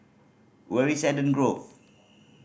where is Eden Grove